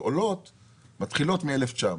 עולות מתחילות מ-1,900.